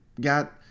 got